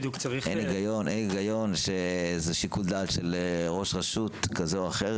אין היגיון שזה שיקול דעת של ראש רשות זה או אחר,